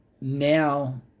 now